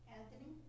Anthony